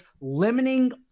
limiting